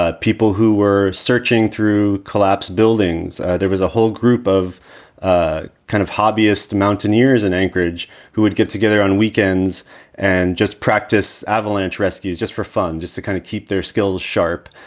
ah people who were searching through collapsed buildings. there was a whole group of ah kind of hobbyist mountaineers in anchorage who would get together on weekends and just practice avalanche rescues just for fun, just to kind of keep their skills sharp.